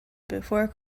before